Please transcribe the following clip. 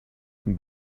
them